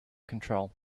control